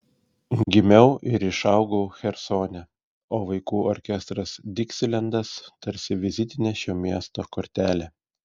gimiau ir išaugau chersone o vaikų orkestras diksilendas tarsi vizitinė šio miesto kortelė